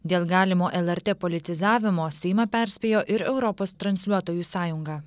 dėl galimo lrt politizavimo seimą perspėjo ir europos transliuotojų sąjunga